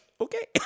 Okay